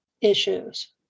issues